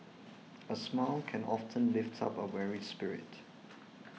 a smile can often lift up a weary spirit